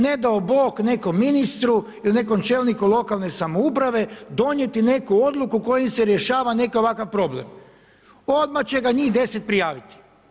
Ne dao Bog nekom ministru ili nekom čelniku lokalne samouprave donijeti neku odluku kojom se rješava neki ovakav problem, odmah će ga njih deset prijaviti.